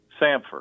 Samford